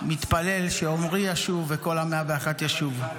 מתפלל שעמרי ישוב, וכל ה-101 ישובו.